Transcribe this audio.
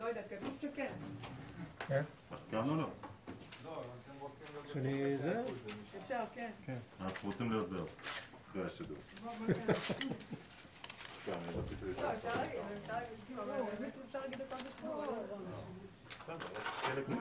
הישיבה ננעלה בשעה 12:08.